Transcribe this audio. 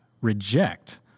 reject